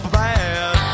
bad